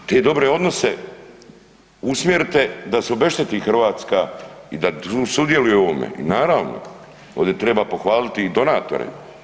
Pa te dobre odnose usmjerite da se obešteti Hrvatska i da sudjeluju u ovome i naravno ovdje treba pohvaliti i donatore.